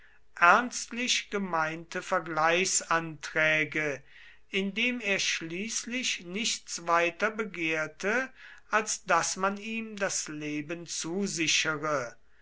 ernstlich gemeinte vergleichsanträge indem er schließlich nichts weiter begehrte als daß man ihm das leben zusichere